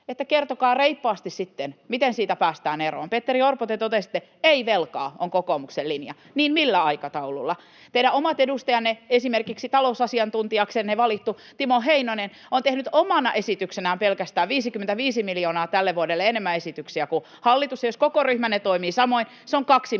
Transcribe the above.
Kertokaa sitten reippaasti, miten siitä päästään eroon. Petteri Orpo, kun te totesitte, että ”ei velkaa” on kokoomuksen linja, niin millä aikataululla? Teidän omat edustajanne... Esimerkiksi talousasiantuntijaksenne valittu Timo Heinonen on tehnyt pelkästään omina esityksinään 55 miljoonaa tälle vuodelle enemmän esityksiä kuin hallitus. Jos koko ryhmänne toimii samoin, se on kaksi miljardia